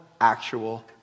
actual